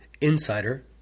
insider